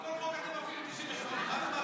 על כל חוק אתם מפעילים סעיף 98, ואז מה אתם עושים?